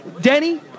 Denny